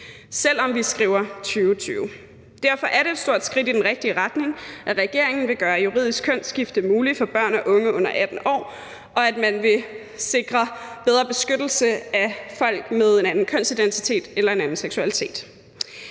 selv om vi skriver 2020. Derfor er det et stort skridt i den rigtige retning, at regeringen vil gøre juridisk kønsskifte muligt for børn og unge under 18 år, og at man vil sikre bedre beskyttelse af folk med en anden kønsidentitet eller en anden seksualitet.